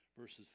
verses